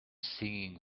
singing